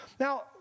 Now